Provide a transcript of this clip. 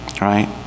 right